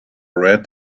red